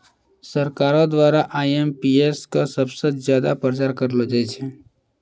सरकारो द्वारा आई.एम.पी.एस क सबस ज्यादा प्रचार करलो जाय छै